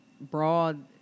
broad